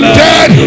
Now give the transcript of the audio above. dead